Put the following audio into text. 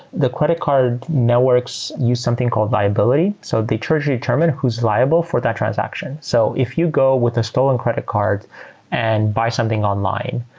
the credit card networks use something called viability, so the treasury chairman who's liable for that transaction. so if you go with a stolen credit card and buy something online,